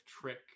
trick